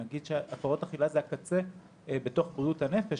נגיד שהפרעות אכילה זה הקצה בתוך בריאות הנפש,